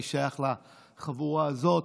אני שייך לחבורה הזאת.